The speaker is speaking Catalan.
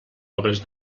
obres